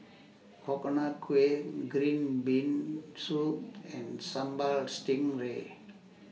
Coconut Kuih Green Bean Soup and Sambal Stingray